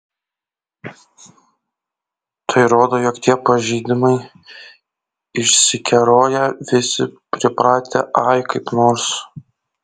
tai rodo jog tie pažeidimai išsikeroję visi pripratę ai kaip nors